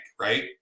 right